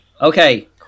Okay